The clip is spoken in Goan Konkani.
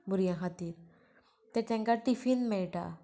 भुरग्यां खातीर तांकां टिफीन मेळटा